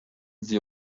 sie